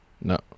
No